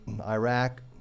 Iraq